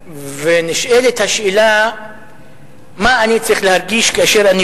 נשאלת השאלה מה אני צריך להרגיש כאשר אני